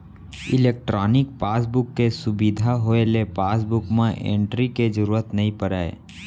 electronic passbook के सुबिधा होए ले पासबुक म एंटरी के जरूरत नइ परय